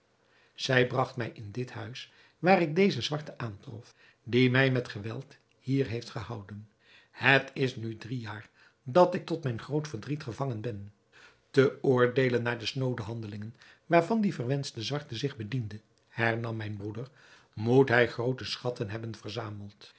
zij bragt mij in dit huis waar ik dezen zwarte aantrof die mij met geweld hier heeft gehouden het is nu drie jaar dat ik tot mijn groot verdriet gevangen ben te oordeelen naar de snoode handelingen waarvan die verwenschte zwarte zich bediende hernam mijn broeder moet hij groote schatten hebben verzameld